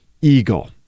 Eagle